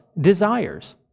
desires